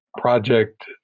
project